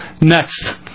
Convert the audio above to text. next